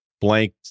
blank